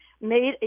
made